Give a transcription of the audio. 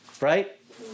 right